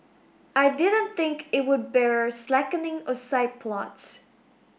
I didn't think it would bear slackening or side plots